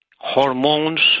hormones